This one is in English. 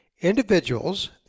individuals